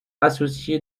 associé